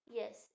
yes